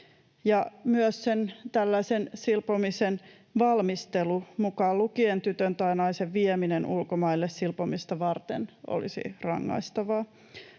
silpomisen valmistelu, mukaan lukien tytön tai naisen vieminen ulkomaille silpomista varten, olisi rangaistavaa.